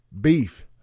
beef